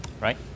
right